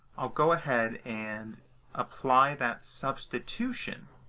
i'll go ahead and apply that substitution